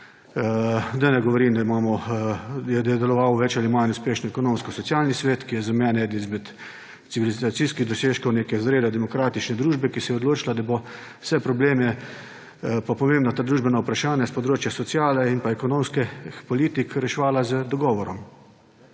da ne govorim, da je deloval več ali manj uspešni Ekonomsko-socialni svet, ki je za mene eden izmed civilizacijskih dosežkov neke zrele, demokratične družbe, ki se je odločila, da bo vse probleme pa pomembna družbena vprašanja s področja sociale in ekonomskih politik reševala z dogovorom.